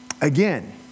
again